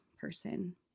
person